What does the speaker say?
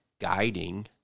guiding